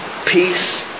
peace